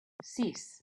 sis